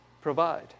provide